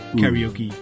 karaoke